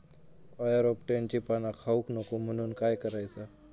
अळ्या रोपट्यांची पाना खाऊक नको म्हणून काय करायचा?